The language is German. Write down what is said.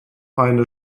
eine